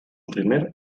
primer